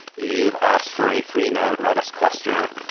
you've asked for a three node redis cluster.